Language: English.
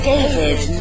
David